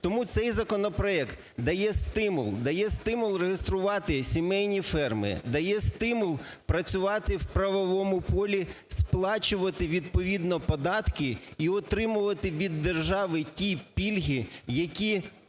Тому цей законопроект дає стимул, дає стимул реєструвати сімейні ферми, дає стимул працювати в правовому полі, сплачувати відповідно податки і отримувати від держави ті пільги, які держава